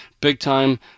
big-time